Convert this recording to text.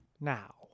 Now